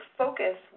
focus